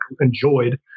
enjoyed